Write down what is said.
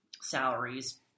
salaries